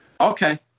Okay